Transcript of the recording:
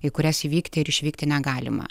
į kurias įvykti ir išvykti negalima